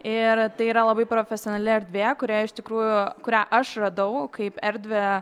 ir tai yra labai profesionali erdvė kurią iš tikrųjų kurią aš radau kaip erdvę